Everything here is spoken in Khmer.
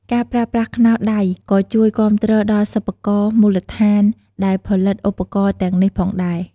ការប្រើប្រាស់ខ្នោសដៃក៏ជួយគាំទ្រដល់សិប្បករមូលដ្ឋានដែលផលិតឧបករណ៍ទាំងនេះផងដែរ។